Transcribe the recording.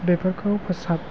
बेफोरखौ फोसाब